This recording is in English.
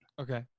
Okay